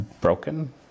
broken